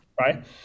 right